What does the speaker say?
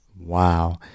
Wow